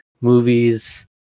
movies